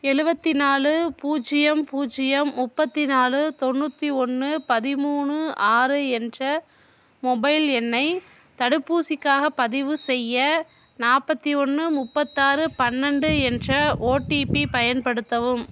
எழுபத்தி நாலு பூஜ்ஜியம் பூஜ்ஜியம் முப்பத்தி நாலு தொண்ணூற்றி ஒன்று பதிமூணு ஆறு என்ற மொபைல் எண்ணை தடுப்பூசிக்காகப் பதிவு செய்ய நாற்பத்தி ஒன்று முப்பத்தாறு பன்னெண்டு என்ற ஓடிபி பயன்படுத்தவும்